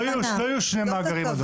לא יהיו שני מאגרים.